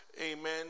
amen